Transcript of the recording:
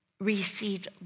received